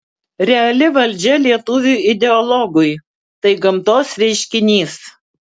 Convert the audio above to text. reali valdžia lietuviui ideologui tai gamtos reiškinys